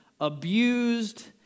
abused